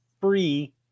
free